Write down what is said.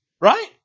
right